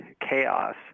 chaos